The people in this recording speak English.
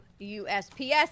USPS